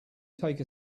take